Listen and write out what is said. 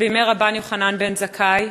בימי רבן יוחנן בן זכאי,